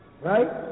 Right